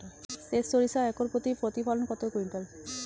সেত সরিষা একর প্রতি প্রতিফলন কত কুইন্টাল?